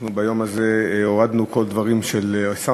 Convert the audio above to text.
אנחנו ביום הזה הסרנו את כל הדברים של מחלוקת,